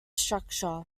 structure